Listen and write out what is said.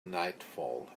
nightfall